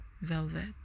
Velvet